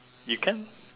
you can